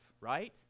right